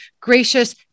gracious